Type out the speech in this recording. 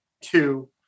two